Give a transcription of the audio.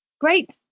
Great